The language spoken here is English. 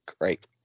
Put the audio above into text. Great